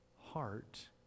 heart